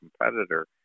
competitor